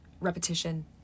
repetition